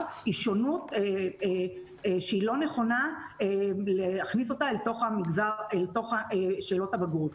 היא שונות שלא נכונה להכניס אותה אל תוך שאלות הבגרות.